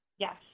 Yes